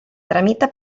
tramita